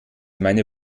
meine